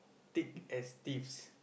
thick as thieves